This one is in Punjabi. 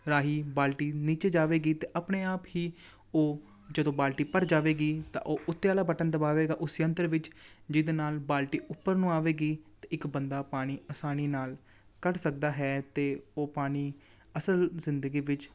ਰਾਹੀਂ ਬਾਲਟੀ ਨੀਚੇ ਜਾਵੇਗੀ ਅਤੇ ਆਪਣੇ ਆਪ ਹੀ ਉਹ ਜਦੋਂ ਬਾਲਟੀ ਭਰ ਜਾਵੇਗੀ ਤਾਂ ਉਹ ਉੱਤੇ ਵਾਲਾ ਬਟਨ ਦਬਾਵੇਗਾ ਉਸ ਯੰਤਰ ਵਿੱਚ ਜਿਹਦੇ ਨਾਲ ਬਾਲਟੀ ਉੱਪਰ ਨੂੰ ਆਵੇਗੀ ਅਤੇ ਇੱਕ ਬੰਦਾ ਪਾਣੀ ਆਸਾਨੀ ਨਾਲ ਕੱਢ ਸਕਦਾ ਹੈ ਅਤੇ ਉਹ ਪਾਣੀ ਅਸਲ ਜ਼ਿੰਦਗੀ ਵਿੱਚ